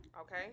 Okay